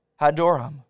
Hadoram